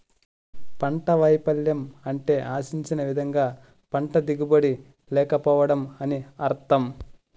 పంట వైపల్యం అంటే ఆశించిన విధంగా పంట దిగుబడి లేకపోవడం అని అర్థం